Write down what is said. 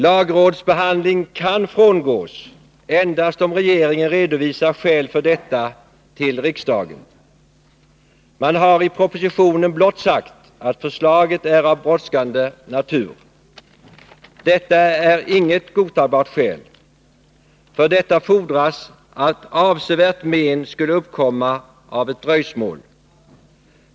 Lagrådsbehandling kan frångås endast om regeringen redovisar föreliggande skäl för riksdagen. Man har i propositionen blott sagt att förslaget är av brådskande natur. Det är inget godtagbart skäl. För detta fordras att avsevärt men skulle uppkomma som en följd av ett dröjsmål.